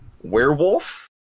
werewolf